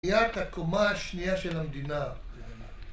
היא התקומה השנייה של המדינה